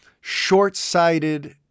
short-sighted